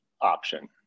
option